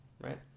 Right